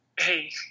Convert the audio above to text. hey